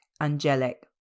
angelic